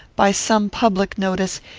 by some public notice,